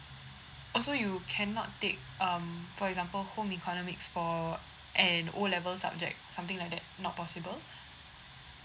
oh so you cannot take um for example home economics for an O level subject something like that not possible